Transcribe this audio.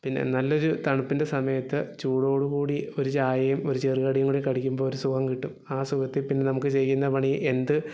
പിന്നെ നല്ലൊരു തണുപ്പിൻ്റെ സമയത്ത് ചൂടോട് കൂടി ഒരു ചായയും ഒരു ചെറു കടിയും കൂടി കടിക്കുമ്പോൾ ഒരു സുഖം കിട്ടും ആ സുഖത്തിൽ പിന്നെ നമുക്ക് ചെയ്യുന്ന പണി എന്ത്